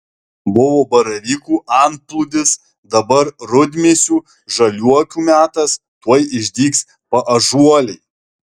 buvo baravykų antplūdis dabar rudmėsių žaliuokių metas tuoj išdygs paąžuoliai